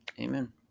Amen